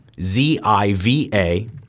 Z-I-V-A